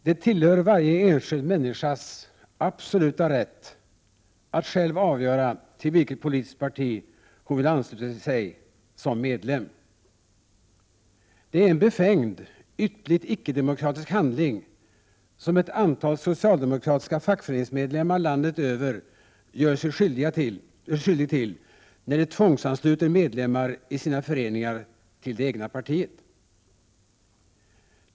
Herr talman! Det är varje enskild människas absoluta rättighet att själv avgöra till vilket politiskt parti hon skall ansluta sig som medlem. Det är en befängd, ytterligt icke-demokratisk handling som ett antal socialdemokratiska fackföreningsmedlemmar landet över gör sig skyldiga till, när de tvångsansluter medlemmar i sina föreningar till det egna partiet.